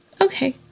Okay